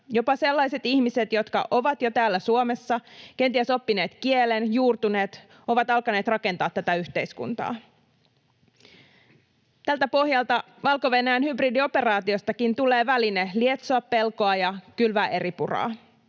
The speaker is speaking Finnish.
jopa sellaiset ihmiset, jotka ovat jo täällä Suomessa, kenties oppineet kielen, juurtuneet, ovat alkaneet rakentaa tätä yhteiskuntaa. Tältä pohjalta Valko-Venäjän hybridioperaatiostakin tulee väline lietsoa pelkoa ja kylvää eripuraa.